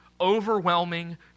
overwhelming